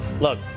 Look